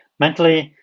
mentally,